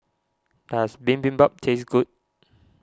does Bibimbap taste good